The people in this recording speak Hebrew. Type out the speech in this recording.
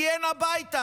כי אין הביתה.